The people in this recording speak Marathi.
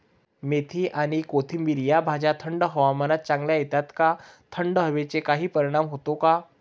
मेथी आणि कोथिंबिर या भाज्या थंड हवामानात चांगल्या येतात का? थंड हवेचा काही परिणाम होतो का?